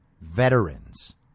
veterans